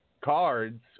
cards